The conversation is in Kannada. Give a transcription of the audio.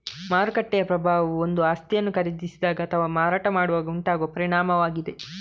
ಮಾರುಕಟ್ಟೆಯ ಪ್ರಭಾವವು ಒಂದು ಆಸ್ತಿಯನ್ನು ಖರೀದಿಸಿದಾಗ ಅಥವಾ ಮಾರಾಟ ಮಾಡುವಾಗ ಉಂಟಾಗುವ ಪರಿಣಾಮವಾಗಿದೆ